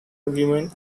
remained